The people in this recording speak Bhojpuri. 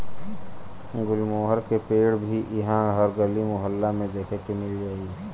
गुलमोहर के पेड़ भी इहा हर गली मोहल्ला में देखे के मिल जाई